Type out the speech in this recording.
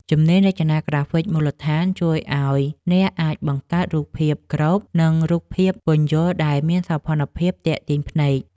ជំនាញរចនាក្រាហ្វិកមូលដ្ឋាន ជួយឱ្យអ្នកអាចបង្កើតរូបភាពក្រប និងរូបភាពពន្យល់ដែលមានសោភ័ណភាពទាក់ទាញភ្នែក។